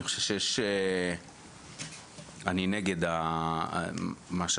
אני רוצה לומר שאני נגד מה שהצעת,